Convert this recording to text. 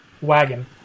wagon